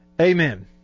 Amen